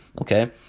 okay